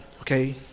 okay